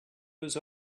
was